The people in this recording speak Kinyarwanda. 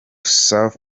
south